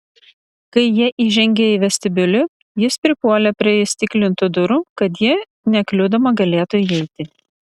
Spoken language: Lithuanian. kai jie įžengė į vestibiulį jis pripuolė prie įstiklintų durų kad ji nekliudoma galėtų įeiti